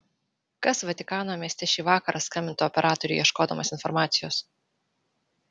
kas vatikano mieste šį vakarą skambintų operatoriui ieškodamas informacijos